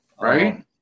right